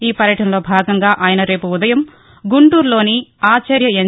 ఈ పర్యటనలో భాగంగా ఆయన రేపు ఉదయం గుంటూరులోని ఆచార్య ఎన్